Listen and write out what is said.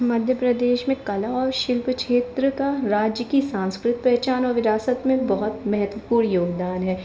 मध्य प्रदेश में कला और शिल्प क्षेत्र का राज्य की सांस्कृतिक पहचान और विरासत में बहुत महत्वपूर्ण योगदान है